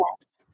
Yes